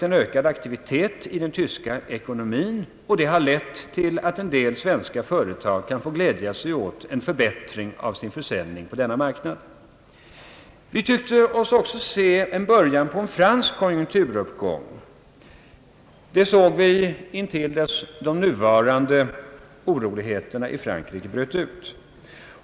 En ökad aktivitet i den tyska ekonomin har nu lett till att en del svenska företag kan få glädja sig åt en förbättring av försäljningen på denna marknad. Vi tyckte oss också se en början till en fransk konjunkturuppgång — tills de nuvarande oroligheterna i Frankrike bröt ut.